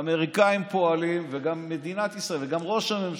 האמריקאים פועלים וגם מדינת ישראל וגם ראש הממשלה,